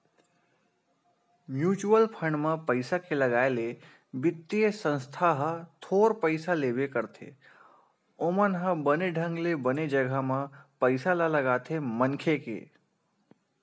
mutual fund म पइसा के लगाए ले बित्तीय संस्था ह थोर पइसा लेबे करथे ओमन ह बने ढंग ले बने जघा म पइसा ल लगाथे मनखे के